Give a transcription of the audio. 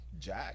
Jack